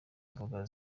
mbuga